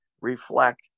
reflect